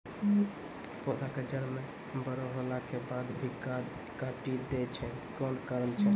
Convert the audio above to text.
पौधा के जड़ म बड़ो होला के बाद भी काटी दै छै कोन कारण छै?